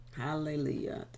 hallelujah